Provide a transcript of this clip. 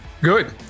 Good